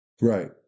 Right